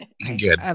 Good